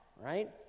right